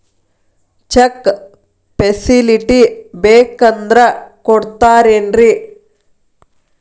Check facility ಬೇಕಂದ್ರ ಕೊಡ್ತಾರೇನ್ರಿ?